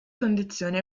condizioni